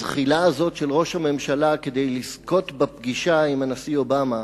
הזחילה הזאת של ראש הממשלה כדי לזכות בפגישה עם הנשיא אובמה,